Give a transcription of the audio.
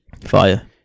Fire